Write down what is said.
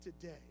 today